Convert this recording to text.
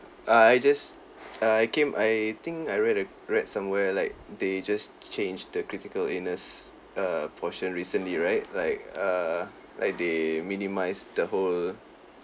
uh I just uh I came I think I read a read somewhere like they just changed the critical illness uh portion recently right like err like they minimise the whole